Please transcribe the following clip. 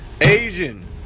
Asian